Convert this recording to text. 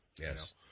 Yes